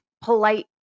polite